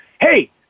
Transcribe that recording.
Hey